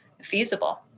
feasible